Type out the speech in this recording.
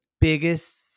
biggest